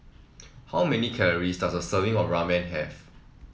how many calorie does a serving of Ramen have